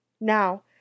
now